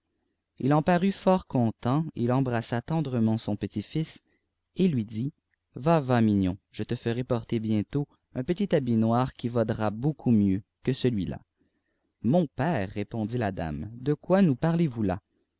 il en parut fort content il embrassa tendrement son petit-fils et lui dit va va mignon je te ferai porter bientôt un petit habit noir qui vaudra beaucoup mieux que celui-là mon père répondit la dame de quoi nous parlez-vous là